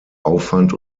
aufwand